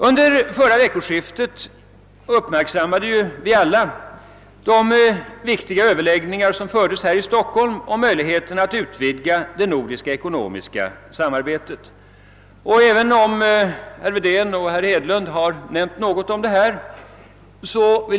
Under förra veckoskiftet uppmärksammades de viktiga överläggningar som fördes här i Stockholm om möjligheterna att utvidga det nordiska ekonomiska samarbetet.